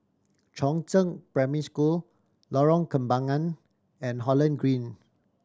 Chongzheng Primary School Lorong Kembagan and Holland Green